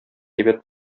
әйбәт